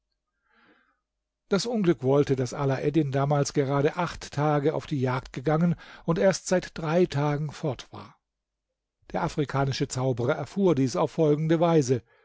das unglück wollte daß alaeddin damals gerade auf acht tage auf die jagd gegangen und erst seit drei tagen fort war der afrikanische zauberer erfuhr dies auf folgende weise